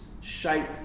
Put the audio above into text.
shape